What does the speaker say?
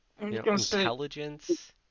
intelligence